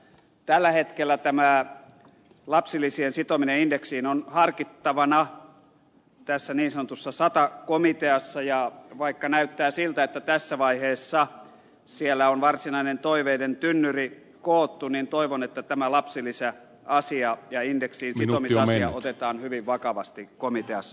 tällä hetkellä lapsilisien sitominen indeksiin on harkittavana tässä niin sanotussa sata komiteassa ja vaikka näyttää siltä että tässä vaiheessa siellä on varsinainen toiveiden tynnyri koottu niin toivon että tämä lapsilisäasia ja indeksiinsitomisasia otetaan hyvin vakavasti komiteassa